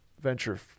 venture